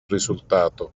risultato